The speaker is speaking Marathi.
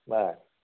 बरं